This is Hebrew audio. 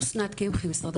אסנת קמחי, משרד השיכון.